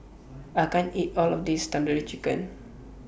I can't eat All of This Tandoori Chicken